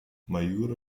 majuro